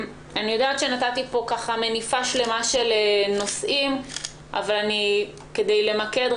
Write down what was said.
אני יודעת שהצגתי פה מניפה שלמה של נושאים אבל כדי למקד,